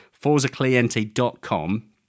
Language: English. ForzaCliente.com